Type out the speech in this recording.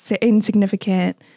insignificant